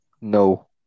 no